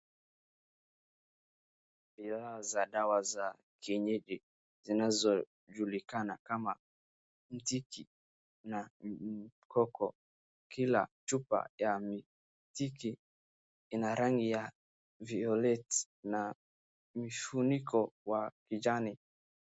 Bidhaa za dawa za kienyeji zinazojulikana kama mtiki na mkoko, kila chupa ya mitiki ina rangi ya violeti na vifuniko wa vijane.